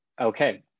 Okay